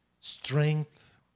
strength